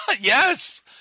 Yes